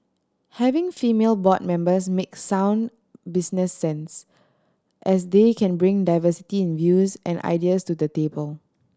having female board members makes sound business sense as they can bring diversity in views and ideas to the table